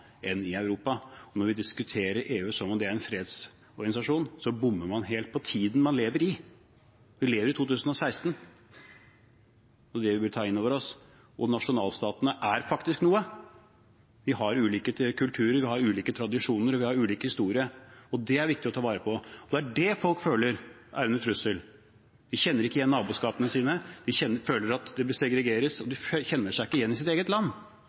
Når vi diskuterer EU som om det er en fredsorganisasjon, bommer man helt på tiden man lever i. Vi lever i 2016, og det bør vi ta inn over oss. Nasjonalstatene er faktisk noe. Vi har ulike kulturer, vi har ulike tradisjoner, og vi har ulik historie, og det er viktig å ta vare på. Det er det folk føler er truet, de kjenner ikke igjen naboskapene sine, de føler at det blir segregering, og de kjenner seg ikke igjen i sitt eget land